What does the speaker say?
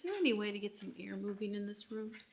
yeah anyway to get some air moving in this room?